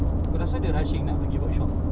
aku rasa dia rushing nak pergi workshop